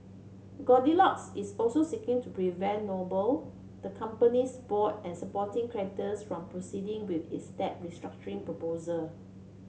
Goldilocks is also seeking to prevent noble the company's board and supporting creditors from proceeding with its debt restructuring proposal